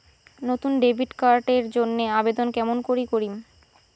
নতুন debit card এর জন্যে আবেদন কেমন করি করিম?